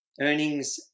Earnings